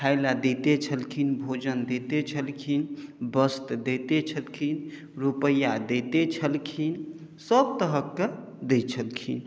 खाइलए दैते छलखिन भोजन दैते छलखिन वस्त्र दैते छलखिन रुपैआ दैते छलखिन सब तरहके दैत छलखिन